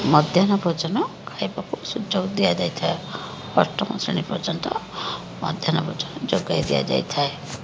ମଧ୍ୟାହ୍ନ ଭୋଜନ ଖାଇବାକୁ ସୁଯୋଗ ଦିଆଯାଇଥାଏ ଅଷ୍ଟମ ଶ୍ରେଣୀ ପର୍ଯ୍ୟନ୍ତ ମଧ୍ୟାହ୍ନ ଭୋଜନ ଯୋଗାଇ ଦିଆଯାଇଥାଏ